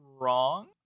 wrong